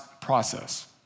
process